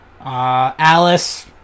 Alice